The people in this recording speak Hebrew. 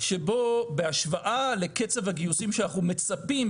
שבו בהשוואה לקצב הגיוסים שאנחנו מצפים,